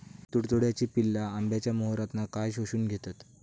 तुडतुड्याची पिल्ला आंब्याच्या मोहरातना काय शोशून घेतत?